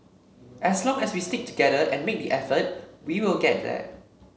as long as we stick together and make the effort we will get there